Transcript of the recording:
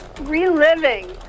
reliving